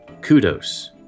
kudos